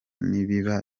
n’ibiba